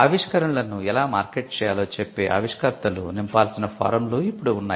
ఆవిష్కరణలను ఎలా మార్కెట్ చేయాలో చెప్పే ఆవిష్కర్తలు నింపాల్సిన ఫారం లు ఇప్పుడు ఉన్నాయి